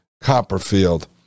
Copperfield